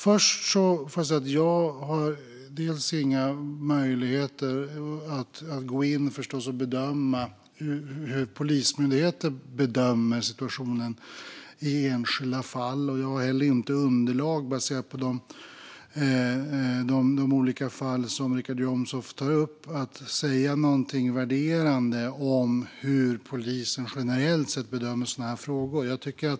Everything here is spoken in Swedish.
Först får jag säga att jag förstås inte har några möjligheter att gå in och bedöma hur Polismyndigheten bedömer situationen i enskilda fall. Jag har heller inte underlag för att, baserat på de olika fall som Richard Jomshof tar upp, säga något värderande om hur polisen generellt sett bedömer sådana här frågor.